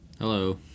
Hello